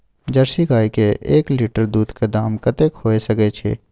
Jersey गाय के एक लीटर दूध के दाम कतेक होय सके छै?